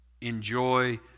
enjoy